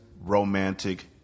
romantic